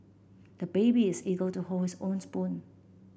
the baby is eager to hold his own spoon